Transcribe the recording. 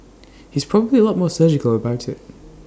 he's probably A lot more surgical about IT